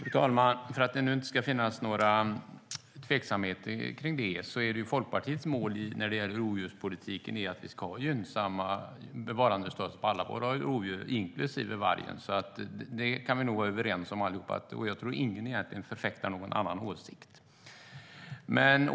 Fru talman! För att det nu inte ska finnas några tveksamheter: Folkpartiets mål när det gäller rovdjurspolitiken är att vi ska ha en gynnsam bevarandestatus på alla våra rovdjur, inklusive vargen. Det kan vi nog vara överens om allihop, och jag tror inte att någon egentligen förfäktar en annan åsikt.